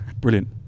brilliant